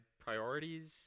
priorities